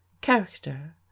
Character